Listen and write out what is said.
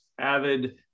avid